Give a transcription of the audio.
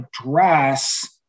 address